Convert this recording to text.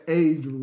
age